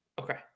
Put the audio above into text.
Okay